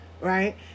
Right